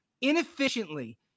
Inefficiently